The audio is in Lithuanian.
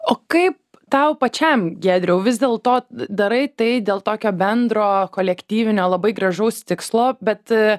o kaip tau pačiam giedriau vis dėl to darai tai dėl tokio bendro kolektyvinio labai gražaus tikslo bet